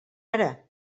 ara